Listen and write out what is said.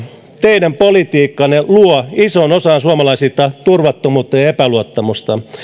teidän politiikkanne luo isoon osaan suomalaisista turvattomuutta ja epäluottamusta